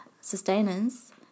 sustenance